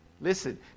Listen